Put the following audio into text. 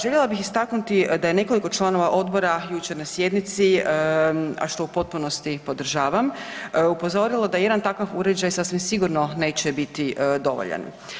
Željela bih istaknuti da je nekoliko članova odbora jučer na sjednici, a što u potpunosti podržavam, upozorilo da jedan takav uređaj sasvim sigurno neće biti dovoljan.